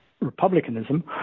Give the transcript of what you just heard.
republicanism